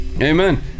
Amen